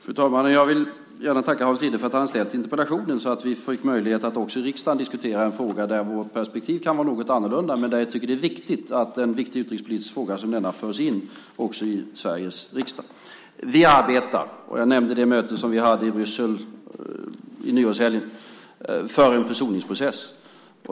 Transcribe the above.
Fru talman! Jag vill tacka Hans Linde för att han har ställt interpellationen så att vi fick möjlighet att i riksdagen diskutera en fråga där våra perspektiv kan vara något olika. Det är viktigt att en viktig utrikespolitisk fråga som denna förs in i Sveriges riksdag. Jag nämnde det möte som vi hade i Bryssel i nyårshelgen. Vi arbetar för en försoningsprocess.